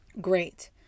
Great